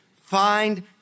find